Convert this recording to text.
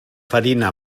farina